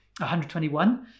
121